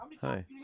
Hi